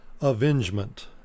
avengement